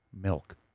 Milk